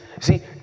See